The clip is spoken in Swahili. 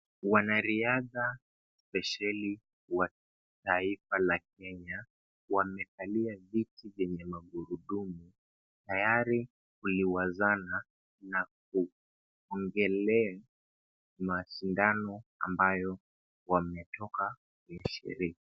Wanariadha spesheli wa taifa la Kenya wamekalia viti vyenye gurudumu tayari kuliwazana na kuongelea mashindano ambayo wametoka kuyashiriki.